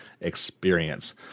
experience